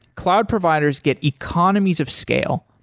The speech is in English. cloud providers get economies of scale.